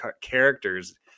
characters